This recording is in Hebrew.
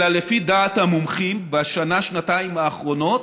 אלא לפי דעת המומחים, בשנה-שנתיים האחרונות,